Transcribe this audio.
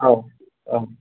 औ औ